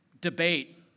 debate